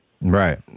Right